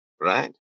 right